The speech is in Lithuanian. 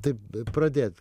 tai pradėt